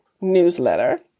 newsletter